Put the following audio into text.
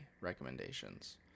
recommendations